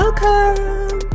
welcome